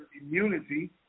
immunity